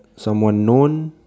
someone known